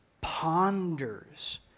ponders